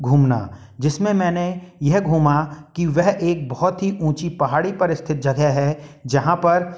घूमना जिसमें मैंने यह घूमा कि वह एक बहुत ही ऊंची पहाड़ी पर स्थित जगह है जहाँ पर